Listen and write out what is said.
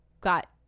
got